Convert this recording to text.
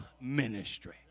ministry